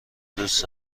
دوست